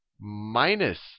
minus